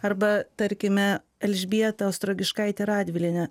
arba tarkime elžbieta stragiškaitė radvilienė